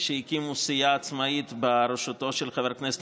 שהקימו סיעה עצמאית בראשותו של חבר הכנסת